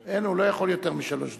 אין, הוא לא יכול יותר משלוש דקות.